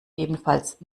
ebenfalls